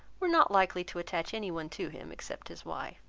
were not likely to attach any one to him except his wife.